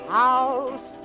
house